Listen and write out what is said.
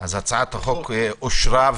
הצבעה אושר.